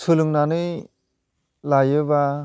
सोलोंनानै लायोबा